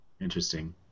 Interesting